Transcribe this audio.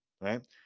Right